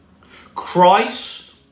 Christ